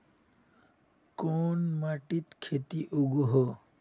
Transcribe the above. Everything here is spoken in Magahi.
कोन माटित खेती उगोहो?